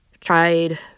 tried